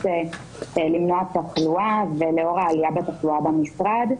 למנוע תחלואה ולאור העלייה בתחלואה במשרד.